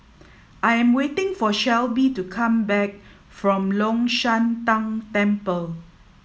I am waiting for Shelby to come back from Long Shan Tang Temple